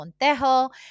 Montejo